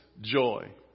joy